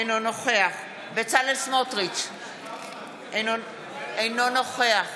אינו נוכח בצלאל סמוטריץ' אינו נוכח